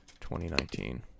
2019